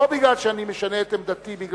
לא בגלל שאני משנה את עמדתי,